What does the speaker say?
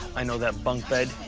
i know that bunk bed